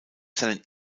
seinen